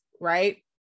right